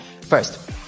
First